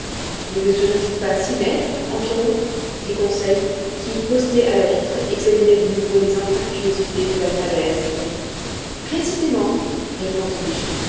ne mesurait il pas six mètres environ dit conseil qui posté à la vitre examinait de nouveau les anfractuosités de la falaise précisément répondis-je